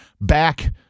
back